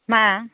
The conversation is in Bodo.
मा